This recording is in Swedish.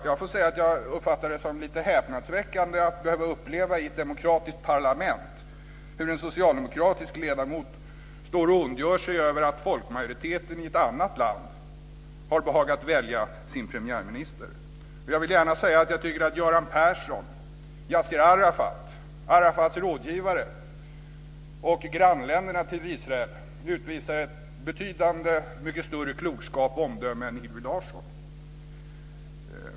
Jag får säga att jag uppfattar det som lite häpnadsväckande att i ett demokratiskt parlament behöva uppleva hur en socialdemokratisk ledamot står och ondgör sig över att folkmajoriteten i ett annat land har behagat välja sin premiärminister. Jag vill gärna säga att jag tycker att Göran Persson, Yassir Arafat, Arafats rådgivare och Israels grannländer visar betydligt mycket större klokskap och omdöme än Hillevi Larsson.